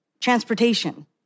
transportation